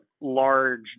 large